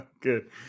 good